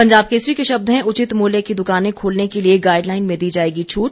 पंजाब केसरी के शब्द हैं उचित मूल्य की दुकानें खोलने के लिए गाइडलाइन में दी जाएगी छूट